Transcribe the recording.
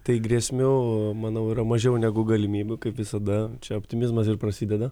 tai grėsmių manau yra mažiau negu galimybių kaip visada čia optimizmas ir prasideda